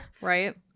Right